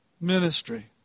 ministry